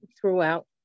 throughout